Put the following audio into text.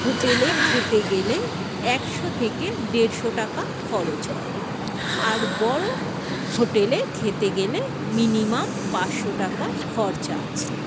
হোটেলে খেতে গেলে একশো থেকে ডেড়শো টাকা খরচ হয় আর বড়ো হোটেলে খেতে গেলে মিনিমাম পাঁচশো টাকা খরচা আছে